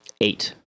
Eight